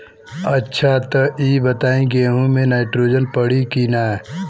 अच्छा त ई बताईं गेहूँ मे नाइट्रोजन पड़ी कि ना?